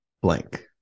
blank